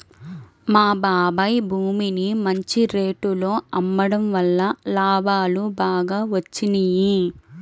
మా బాబాయ్ భూమిని మంచి రేటులో అమ్మడం వల్ల లాభాలు బాగా వచ్చినియ్యి